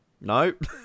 Nope